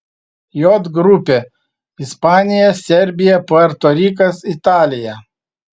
j grupė ispanija serbija puerto rikas italija